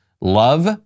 love